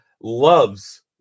loves